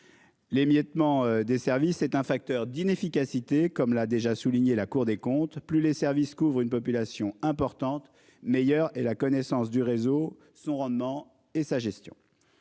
L'émiettement des services est un facteur d'inefficacité, comme l'a déjà souligné la Cour des comptes, plus les services couvre une population importante meilleure et la connaissance du réseau, son rendement et sa gestion.